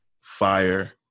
fire